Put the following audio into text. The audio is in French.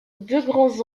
grands